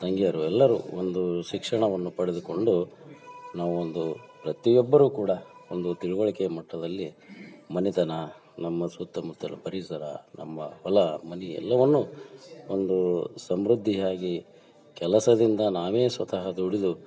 ತಂಗಿಯರು ಎಲ್ಲರೂ ಒಂದು ಶಿಕ್ಷಣವನ್ನು ಪಡೆದುಕೊಂಡು ನಾವೊಂದು ಪ್ರತಿಯೊಬ್ಬರು ಕೂಡ ಒಂದು ತಿಳಿವಳಿಕೆ ಮಟ್ಟದಲ್ಲಿ ಮನೆತನ ನಮ್ಮ ಸುತ್ತಮುತ್ತಲ ಪರಿಸರ ನಮ್ಮ ಹೊಲ ಮನೆ ಎಲ್ಲವನ್ನು ಒಂದು ಸಮೃದ್ಧಿಯಾಗಿ ಕೆಲಸದಿಂದ ನಾವೇ ಸ್ವತಃ ದುಡಿದು